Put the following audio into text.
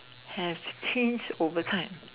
have his over time